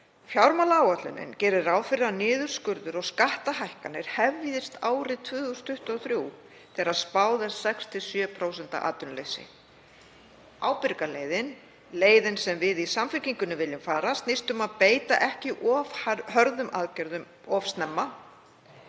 Fjármálaáætlunin gerir ráð fyrir að niðurskurður og skattahækkanir hefjist árið 2023, þegar spáð er 6–7% atvinnuleysi. Ábyrga leiðin, leiðin sem við í Samfylkingunni viljum fara, snýst um að beita ekki of hörðum aðgerðum of snemma.